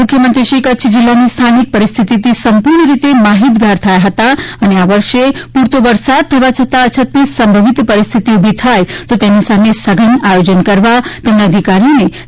મુખ્યમંત્રીશ્રી કચ્છ જિલ્લાની સ્થાનિક પરિસ્થિતિથી સંપૂર્ણ રીતે માહિતગાર થયા હતા અને આ વર્ષે પૂરતો વરસાદ થવા છતાં અછતની સંભવિત પરિસ્થિતિ ઊભી થાય તો તેની સામે સઘન આયોજન કરવા તેમણે અધિકારીઓને તાકીદ કરી હતી